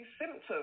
symptoms